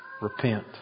repent